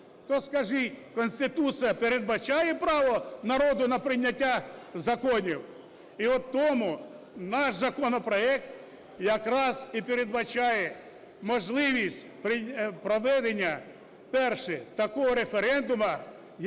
То, скажіть, Конституція передбачає право народу на прийняття законів? І от тому наш законопроект якраз і передбачає можливість проведення, перше, такого референдуму,